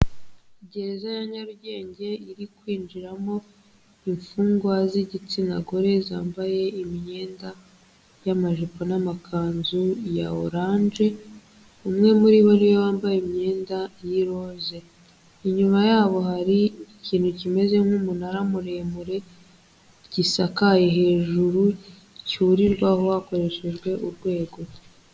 Gereza ya nyarugenge iri kwinjiramo imfungwa z'igitsina gore, zambaye imyenda y'amajipo n'amakanzu ya orange, umwe muri bo ariwe wambaye imyenda y'irose, inyuma yabo hari ikintu kimeze nk'umunara muremure gisakaye hejuru, cyurirwaho hakoreshejwe urwego.